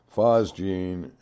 Phosgene